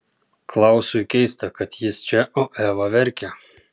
klausui keista kad jis čia o eva verkia